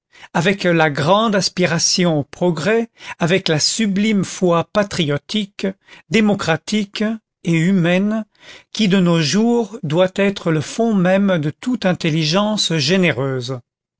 avec la grande aspiration au progrès avec la sublime foi patriotique démocratique et humaine qui de nos jours doit être le fond même de toute intelligence généreuse